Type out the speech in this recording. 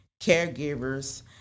caregivers